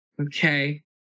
Okay